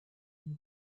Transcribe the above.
and